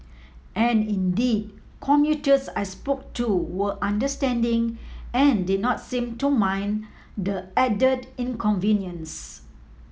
and indeed commuters I spoke to were understanding and did not seem to mind the added inconvenience